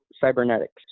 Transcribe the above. Cybernetics